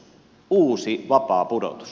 uusi vapaapudotus